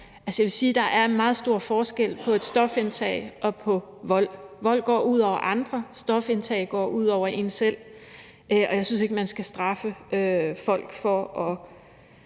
der er meget stor forskel på et stofindtag og på vold. Vold går ud over andre, mens stofindtag går ud over en selv. Og jeg synes ikke, at man skal straffe folk for at